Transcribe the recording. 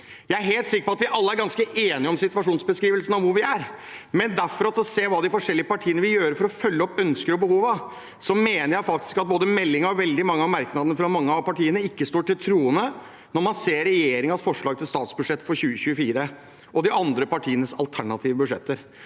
Jeg er helt sikker på at vi alle er ganske enige om situasjonsbeskrivelsen av hvor vi er, men når det gjelder hva de forskjellige partiene vil gjøre for å følge opp ønskene og behovene, mener jeg faktisk at både meldingen og veldig mange av merknadene fra mange av partiene ikke står til troende, når man ser regjeringens forslag til statsbudsjett for 2024 og de andre partienes alternative budsjetter.